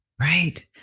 Right